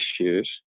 issues